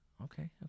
Okay